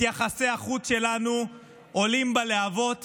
את יחסי החוץ שלנו עולים בלהבות